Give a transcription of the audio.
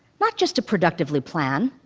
not just to productively plan.